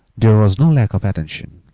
there was no lack of attention.